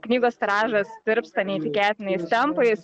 knygos tiražas tirpsta neįtikėtinais tempais